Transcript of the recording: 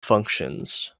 functions